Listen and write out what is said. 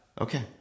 Okay